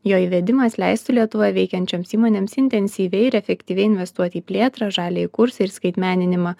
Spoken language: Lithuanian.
jo įvedimas leistų lietuvoje veikiančioms įmonėms intensyviai ir efektyviai investuoti į plėtrą žaliąjį kursą ir skaitmeninimą